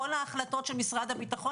כל ההחלטות של משרד הביטחון.